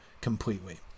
completely